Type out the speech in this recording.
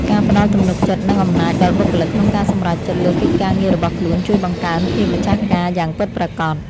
ការផ្ដល់ទំនុកចិត្តនិងអំណាចដល់បុគ្គលិកក្នុងការសម្រេចចិត្តលើកិច្ចការងាររបស់ខ្លួនជួយបង្កើនភាពម្ចាស់ការយ៉ាងពិតប្រាកដ។